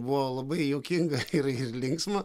buvo labai juokinga ir linksma